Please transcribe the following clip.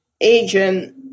agent